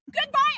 Goodbye